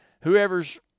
whoever's